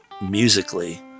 musically